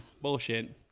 Bullshit